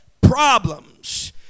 problems